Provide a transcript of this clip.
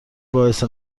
باعث